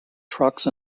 trucks